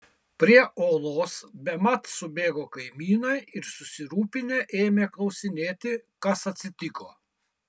prie olos bemat subėgo kaimynai ir susirūpinę ėmė klausinėti kas atsitiko